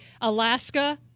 Alaska